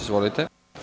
Izvolite.